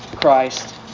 Christ